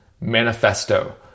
manifesto